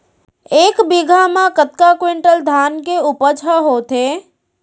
एक बीघा म कतका क्विंटल धान के उपज ह होथे?